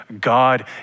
God